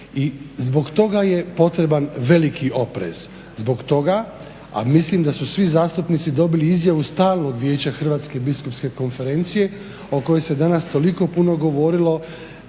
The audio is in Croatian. zbog toga je potreban veliki oprez. Zbog toga a mislim da su svi zastupnici dobili izjavu stalnog vijeća Hrvatske biskupske konferencije o kojoj se danas toliko puno govorilo